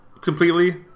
completely